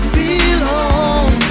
belong